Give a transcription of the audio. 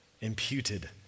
Imputed